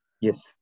Yes